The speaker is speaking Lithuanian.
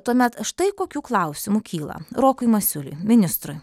tuomet štai kokių klausimų kyla rokui masiuliui ministrui